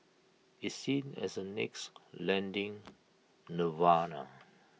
it's seen as A next lending nirvana